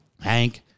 Hank